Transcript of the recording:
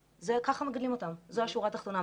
ככה מגדלים אותם, זו השורה התחתונה.